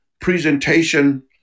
presentation